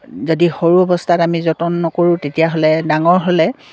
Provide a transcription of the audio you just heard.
যদি সৰু অৱস্থাত আমি যতন নকৰোঁ তেতিয়াহ'লে ডাঙৰ হ'লে